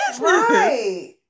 Right